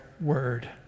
word